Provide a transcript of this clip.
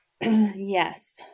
Yes